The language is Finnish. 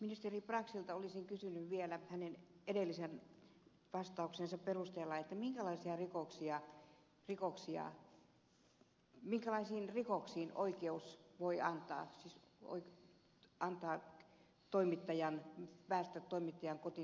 ministeri braxilta olisin kysynyt vielä hänen edellisen vastauksensa perusteella minkälaisten rikosten kohdalla oikeus voi antaa luvan päästää poliisin toimittajan kotiin tekemään kotietsintää